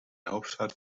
hauptstadt